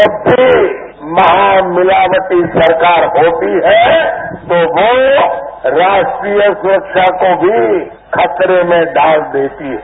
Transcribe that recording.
जब भी महामिलावटी सरकार होती है तो वह राष्ट्रीय सुरक्षा को भी खतरे में डाल देती है